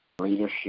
leadership